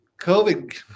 covid